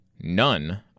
none